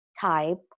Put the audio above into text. type